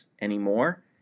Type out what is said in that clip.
anymore